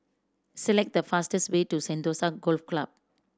select the fastest way to Sentosa Golf Club